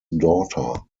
daughter